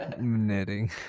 Knitting